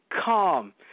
calm